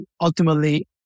ultimately